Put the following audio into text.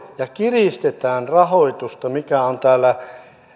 ja kiristää rahoitusta täällä